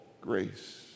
Grace